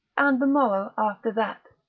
and the morrow after that,